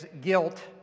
guilt